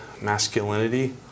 masculinity